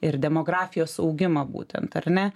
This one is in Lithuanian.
ir demografijos augimą būtent ar ne